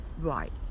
right